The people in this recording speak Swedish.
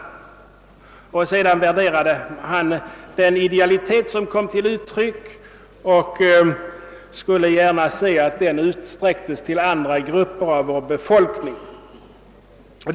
Han sade sig värdera den idealitet som kom till uttryck inom missionen och skulle gärna se att den utsträcktes till andra grupper av befolkningen.